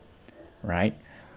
right